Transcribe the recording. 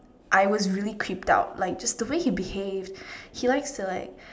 I was really creeped out like just the way he behaved he likes to like